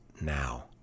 now